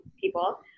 people